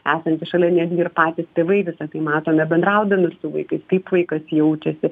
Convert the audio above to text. esantys šalia netgi ir patys tėvai visa tai mato nebendraudami su vaikais kaip vaikas jaučiasi